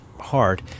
hard